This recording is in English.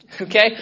okay